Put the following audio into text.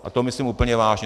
A to myslím úplně vážně.